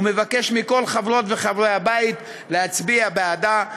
ומבקש מכל חברות וחברי הבית להצביע בעדה.